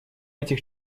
этих